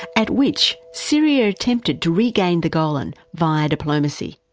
at which syria attempted to regain the golan via diplomacy.